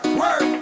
work